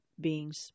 beings